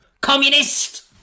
Communist